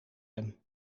hem